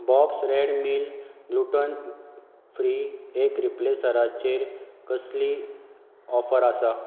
bobs red mill gluten free egg रिप्लेसरा चेर कसली ऑफर आसा